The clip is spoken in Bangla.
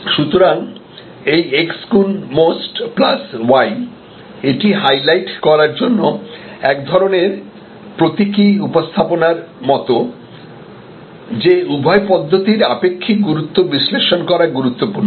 সুতরাং এই X গুন MOST প্লাস Y এটি হাইলাইট করার জন্য একধরণের প্রতীকী উপস্থাপনার মতো যে উভয় পদ্ধতির আপেক্ষিক গুরুত্ব বিশ্লেষণ করা গুরুত্বপূর্ণ